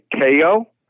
KO